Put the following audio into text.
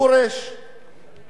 אבל הדבר הזה לא קיים.